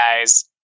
guys